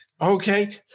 okay